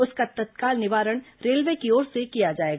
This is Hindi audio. उसका तत्काल निवारण रेलवे की ओर से किया जाएगा